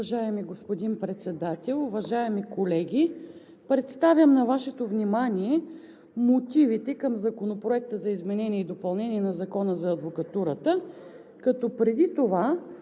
Уважаеми господин Председател, уважаеми колеги! Представям на Вашето внимание мотивите към Законопроекта за изменение и допълнение на Закона за адвокатурата, като преди това